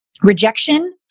rejection